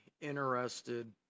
interested